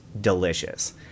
delicious